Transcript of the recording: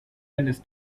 eines